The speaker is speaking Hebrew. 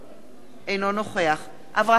אינו נוכח אברהם מיכאלי,